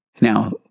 Now